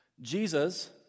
Jesus